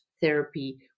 therapy